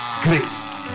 Grace